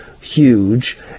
huge